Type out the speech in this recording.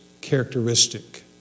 characteristic